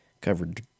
Covered